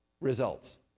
results